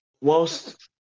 Whilst